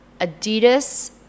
Adidas